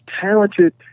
talented